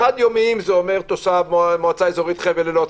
זה אותו תושב מועצה אזורית חבל אילות,